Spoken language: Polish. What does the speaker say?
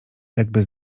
jakby